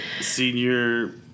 senior